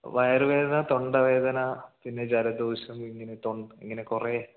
വയറുവേദന തൊണ്ടവേദന പിന്നെ ജലദോഷം ഇങ്ങനെ ഇങ്ങനെ കുറേ